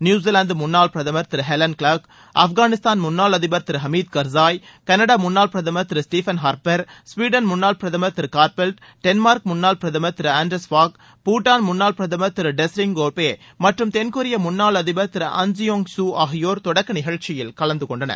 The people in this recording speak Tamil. நியூசிலாந்து முன்னாள் பிரதமர் திரு ஹெலன் கிளார்க் ஆப்கானிஸ்தான் முன்னாள் அதிபர் திரு ஹமீத் கர்சாய் கனடா முன்னாள் பிரதமர் திரு ஸ்டஃபன் ஹார்ப்பர் ஸ்வீடன் முன்னாள் பிரதமர் திரு கார்பெல்ட் டென்மார்க் முன்னாள் பிரதமர் திரு ஆன்ரஸ் ஃபார்க் பூட்டான் முன்னாள் பிரதமர் திரு டெஸ்ரிங் டோப்கே மற்றும் தென்கொரிய முன்னாள் அதிபர் திரு அன்சியோங் கு ஆகியோர் தொடக்க நிகழ்ச்சியில் கலந்து கொண்டனர்